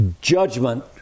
judgment